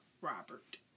Robert